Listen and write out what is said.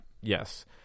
Yes